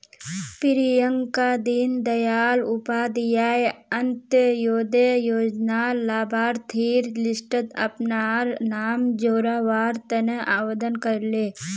प्रियंका दीन दयाल उपाध्याय अंत्योदय योजनार लाभार्थिर लिस्टट अपनार नाम जोरावर तने आवेदन करले